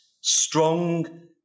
strong